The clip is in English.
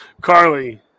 Carly